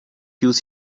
use